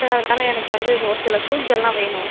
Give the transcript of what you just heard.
sir அதனால் எனக்கு வந்து ஒரு சில ஃப்ரூட்ஸ் எல்லாம் வேணும்